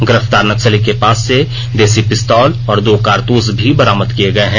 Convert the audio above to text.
गिरफ्तार नक्सली के पास से देशी पिस्तौल और दो कारतूस भी बरामद किये गये है